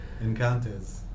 encounters